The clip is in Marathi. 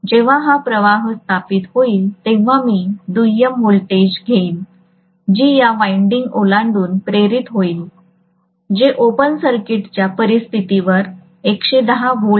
जेव्हा हा प्रवाह स्थापित होईल तेव्हा मी दुय्यम व्होल्टेज घेईन जी या वाइंडिंग ओलांडून प्रेरित होईल जे ओपन सर्किटच्या परिस्थिती वर 110 V असेल